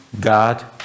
God